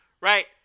right